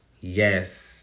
Yes